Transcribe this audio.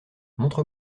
montre